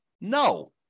No